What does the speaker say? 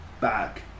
back